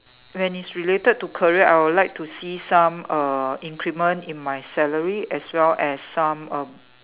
when it's related to career I would like to see some uh increment in my salary as well as some uh